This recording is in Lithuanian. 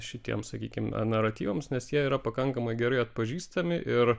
šitiems sakykim naratyvams nes jie yra pakankamai gerai atpažįstami ir